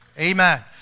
Amen